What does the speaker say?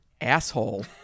asshole